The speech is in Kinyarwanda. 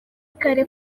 kare